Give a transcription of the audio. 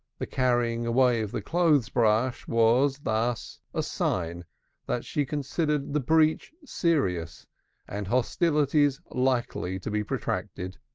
the carrying away of the clothes-brush was, thus, a sign that she considered the breach serious and hostilities likely to be protracted.